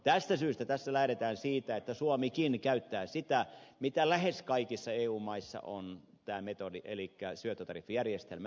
tästä syystä tässä lähdetään siitä että suomikin käyttää sitä metodia joka lähes kaikissa eu maissa on elikkä syöttötariffijärjestelmää